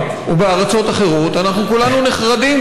או בארצות אחרות אנחנו כולנו נחרדים,